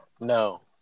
No